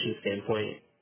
standpoint